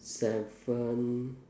seven